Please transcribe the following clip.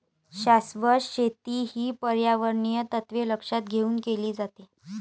शाश्वत शेती ही पर्यावरणीय तत्त्वे लक्षात घेऊन केली जाते